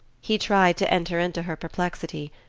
he tried to enter into her perplexity.